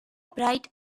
bright